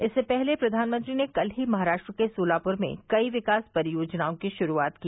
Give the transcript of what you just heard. इससे पहले प्रधानमंत्री ने कल ही महाराष्ट्र के सोलापुर में कई विकास परियोजनाओं की शुरुआत की